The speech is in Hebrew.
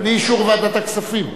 בלי אישור ועדת הכספים.